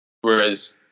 Whereas